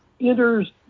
enters